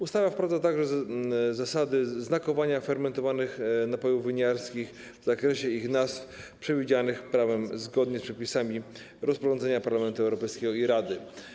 Ustawa wprowadza także zasady znakowania fermentowanych napojów winiarskich w zakresie ich nazw przewidzianych prawem zgodnie z przepisami rozporządzenia Parlamentu Europejskiego i Rady.